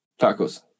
Tacos